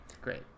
great